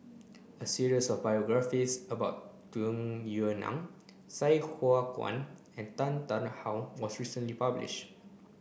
a series of biographies about Tung Yue Nang Sai Hua Kuan and Tan Tarn How was recently published